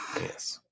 Yes